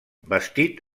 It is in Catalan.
bastit